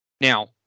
Now